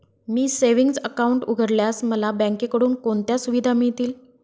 मी savings account उघडल्यास मला बँकेकडून कोणत्या सुविधा मिळतील?